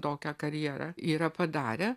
tokią karjerą yra padarę